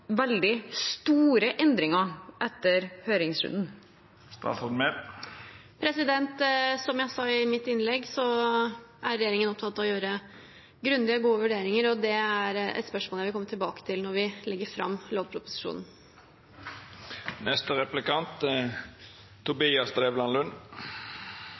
veldig store endringer etter høringsrunden? Som jeg sa i mitt innlegg, er regjeringen opptatt av å gjøre grundige og gode vurderinger, og det er et spørsmål jeg vil komme tilbake til når vi legger fram lovproposisjonen.